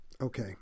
okay